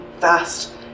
fast